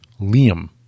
Liam